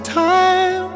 time